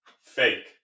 Fake